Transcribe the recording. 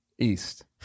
East